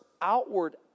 outward